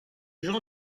jean